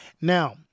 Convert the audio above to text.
Now